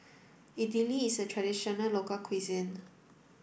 Idili is a traditional local cuisine